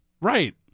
Right